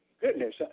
Goodness